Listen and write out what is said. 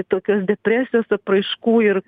tokios depresijos apraiškų ir